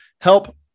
help